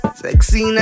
sexy